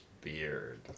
beard